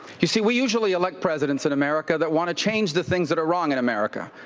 you see, we usually elect presidents in america that want to change the things that are wrong in america.